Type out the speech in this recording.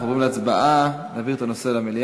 אנחנו עוברים להצבעה על ההצעה להעביר את הנושא למליאה.